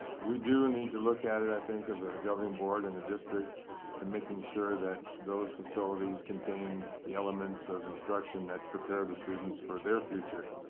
we do need to look at it, i think, as a governing board and a district to making sure that those facilities contain the elements of instruction that prepare the students for their future.